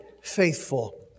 faithful